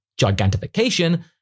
gigantification